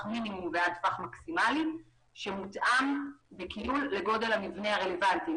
מטווח מינימום עד טווח מקסימלי שמותאם לכיול לגודל המבנה הרלוונטי,